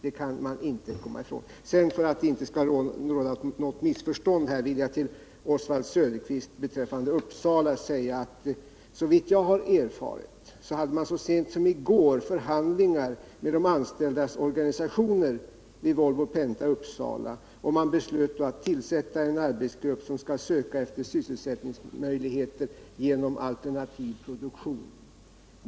Det kan man inte komma ifrån. För att det inte skall råda något missförstånd vill jag sedan till Oswald Söderqvist säga beträffande Uppsala: Såvitt jag har erfarit hade man så sent som i går förhandlingar med de anställdas organisationer vid Volvo Penta i Uppsala. Man beslöt då att tillsätta en arbetsgrupp som skall söka efter sysselsättningsmöjligheter genom alternativ produktion.